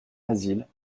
asile